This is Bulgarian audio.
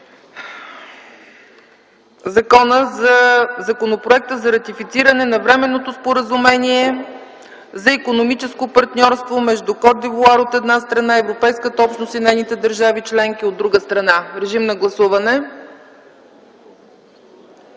Законопроекта за ратифициране на Временното споразумение за икономическо партньорство между Кот д’Ивоар, от една страна, и Европейската общност и нейните държави членки, от друга страна. Гласували